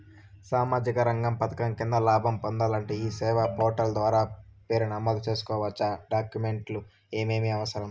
సామాజిక రంగ పథకం కింద లాభం పొందాలంటే ఈ సేవా పోర్టల్ ద్వారా పేరు నమోదు సేసుకోవచ్చా? డాక్యుమెంట్లు ఏమేమి అవసరం?